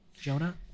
Jonah